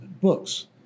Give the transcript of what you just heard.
books